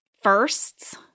firsts